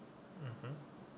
mmhmm